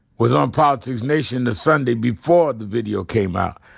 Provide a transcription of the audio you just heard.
was on politics nation the sunday before the video came out.